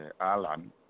Alan